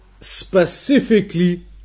specifically